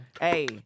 hey